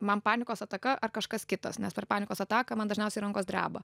man panikos ataka ar kažkas kitas nes per panikos ataką man dažniausiai rankos dreba